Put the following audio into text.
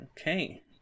Okay